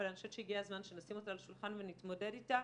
אבל אני חושבת שהגיע הזמן שנשים אותה על השולחן ונתמודד איתה,